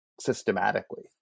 systematically